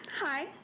Hi